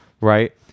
right